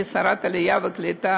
כשרת העלייה והקליטה,